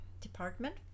department